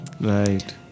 Right